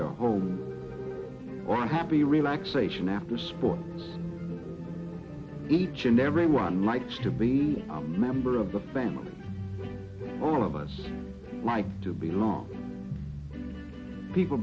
your home one happy relaxation after sport each and everyone likes to be a member of the family all of us like to be long people